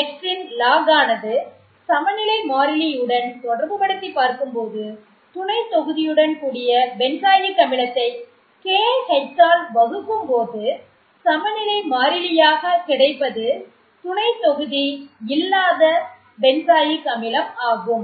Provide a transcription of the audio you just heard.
Kx இன் log ஆனது சமநிலை மாறிலி உடன் தொடர்புபடுத்திப் பார்க்கும் போது துணைத்தொகுதியுடன் கூடிய பென்சாயிக் அமிலத்தை KH ஆல் வகுக்கும்போது சமநிலை மாறிலியாக கிடைப்பது துணைத்தொகுதி இல்லாத பென்சாயிக் அமிலம் ஆகும்